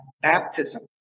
baptism